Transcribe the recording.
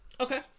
Okay